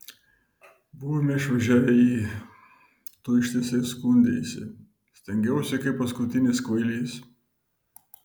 buvome išvažiavę į tu ištisai skundeisi stengiausi kaip paskutinis kvailys